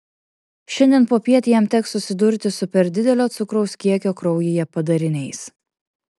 šiandien popiet jam teks susidurti su per didelio cukraus kiekio kraujyje padariniais